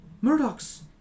Murdoch's